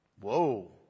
Whoa